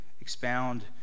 expound